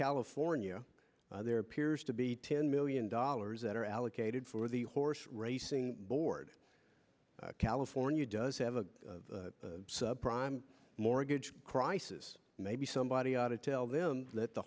california there appears to be ten million dollars that are allocated for the horse racing board california does have a sub prime mortgage crisis maybe somebody ought to tell them that the